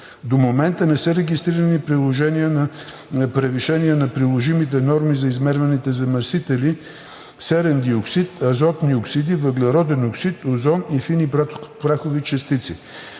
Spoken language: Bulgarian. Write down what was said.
До момента не са регистрирани превишения на приложимите норми на измерваните замърсители – серен диоксид, азотни оксиди, въглероден оксид, озон и фини прахови частици.